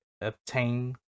obtain